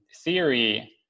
theory